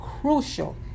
crucial